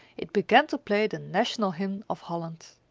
it began to play the national hymn of holland.